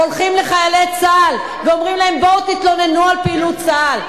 הולכים לחיילי צה"ל ואומרים להם: בואו תתלוננו על פעילות צה"ל,